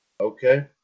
okay